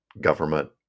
government